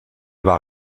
war